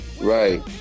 right